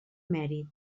mèrit